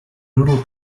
rural